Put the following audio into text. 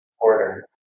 Order